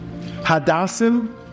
Hadassim